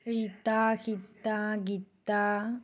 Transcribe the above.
Rita Sita Gita